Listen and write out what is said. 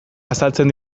azaltzen